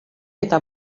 eta